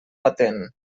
patent